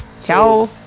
Ciao